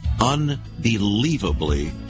unbelievably